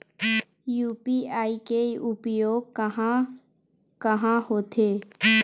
UPI के उपयोग कहां कहा होथे?